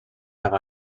have